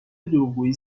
دروغگویی